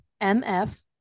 MF